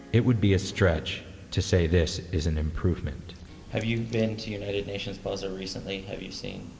it would be a stretch to say this is an improvement have you been to united nations plaza recently? have you seen,